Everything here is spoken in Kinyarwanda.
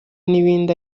n’ibindi